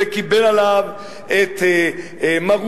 וקיבל עליו את מרותו.